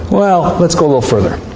well, let's go a little further